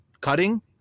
cutting